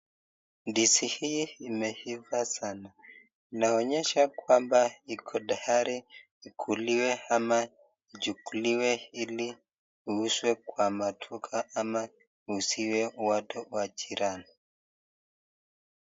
Ndizi hii imeiva sana, inaonyesha kwamba iko tayari ikuliwe ama ichukuliwe ili iuzwe kwa maduka ama iuziwe watu wa jirani.